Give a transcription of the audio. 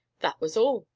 that was all,